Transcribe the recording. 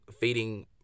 feeding